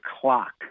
clock